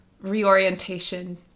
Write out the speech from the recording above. reorientation